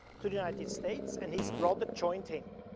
to the united states and his brother joined him.